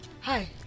Hi